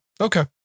Okay